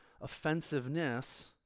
offensiveness